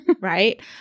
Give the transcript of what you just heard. Right